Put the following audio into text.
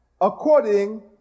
According